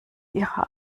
ihrer